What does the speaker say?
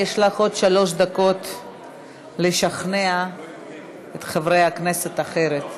יש לך עוד שלוש דקות לשכנע את חברי הכנסת אחרת.